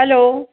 hello